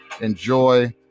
Enjoy